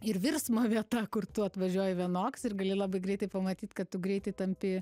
ir virsmo vieta kur tu atvažiuoji vienoks ir gali labai greitai pamatyt kad tu greitai tampi